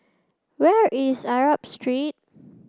where is Arab Street